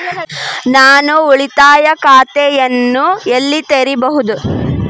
ನಾನು ಉಳಿತಾಯ ಖಾತೆಯನ್ನು ಎಲ್ಲಿ ತೆರೆಯಬಹುದು?